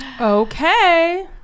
Okay